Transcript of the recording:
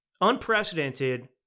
unprecedented